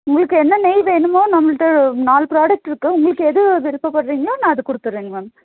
உங்களுக்கு என்ன நெய் வேணுமோ நம்மள்ட்ட நாலு ப்ராடெக்ட் இருக்குது உங்களுக்கு எது விருப்பப்படுறீங்களோ நான் அதை கொடுத்தர்றேங்க மேம்